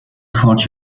caught